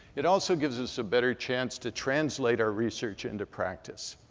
it also gives us a better chance to translate our research into practice.